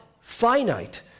finite